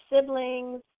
siblings